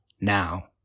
now